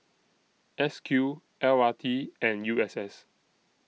S Q L R T and U S S